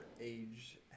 age